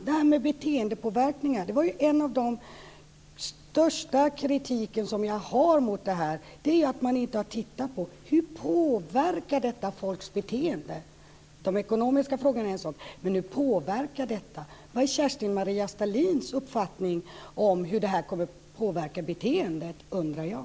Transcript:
Det här med beteendepåverkningar är ju något av den största kritik jag har mot det här, alltså att man inte har tittat på det. Hur påverkar detta folks beteende? De ekonomiska frågorna är en sak, men hur påverkar detta? Vad är Kerstin-Maria Stalins uppfattning om hur det här kommer att påverka beteendet? Det undrar jag.